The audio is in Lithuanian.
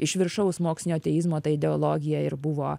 iš viršaus mokslinio ateizmo ideologija ir buvo